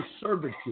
servitude